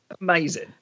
Amazing